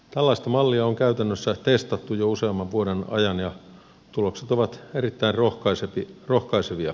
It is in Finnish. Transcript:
tällaista mallia on käytännössä testattu jo useamman vuoden ajan ja tulokset ovat erittäin rohkaisevia